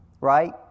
right